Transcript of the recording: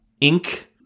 ink